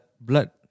blood